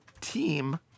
team